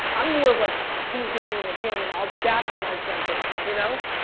i'm more of like, he's being mean to him, and i'll, that's when i'll jump in, you know?